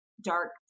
dark